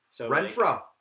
Renfro